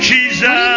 Jesus